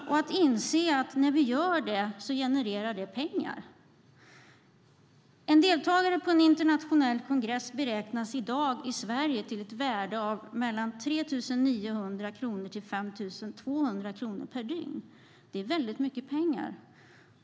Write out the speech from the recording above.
Man måste inse att det genererar pengar när vi gör det. En deltagare på en internationell kongress i dag i Sverige beräknas till ett värde av 3 900-5 200 kronor per dygn. Det är mycket pengar.